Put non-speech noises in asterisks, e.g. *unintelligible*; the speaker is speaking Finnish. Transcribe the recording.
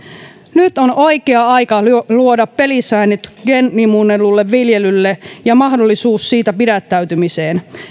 nyt on oikea aika luoda pelisäännöt geenimuunnellulle viljelylle *unintelligible* ja mahdollisuus siitä pidättäytymiseen